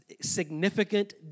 significant